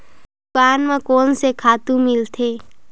दुकान म कोन से खातु मिलथे?